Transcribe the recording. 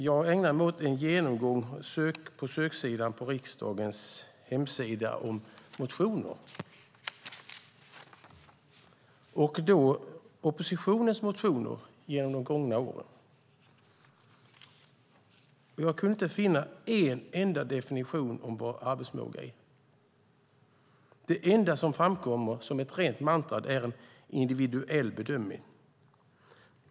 Jag har med hjälp av riksdagens hemsida gjort en genomgång av oppositionens motioner under de gångna åren, och jag kunde inte finna en enda definition av vad arbetsförmåga är. Det enda som framkommer som ett rent mantra är att det ska göras en individuell bedömning.